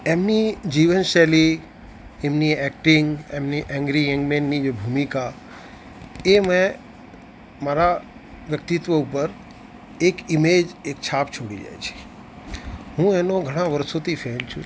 એમની જીવનશૈલી એમની એક્ટિંગ એમની એન્ગ્રી યંગ મેનની જે ભૂમિકા એ મેં મારાં વ્યક્તિત્ત્વ ઉપર એક ઈમેજ એક છાપ છોડી જાય છે હું એનો ઘણાં વર્ષોથી ફેન છું